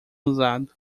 usado